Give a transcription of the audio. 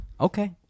Okay